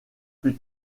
plus